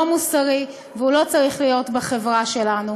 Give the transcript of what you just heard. מוסרי והוא לא צריך להיות בחברה שלנו.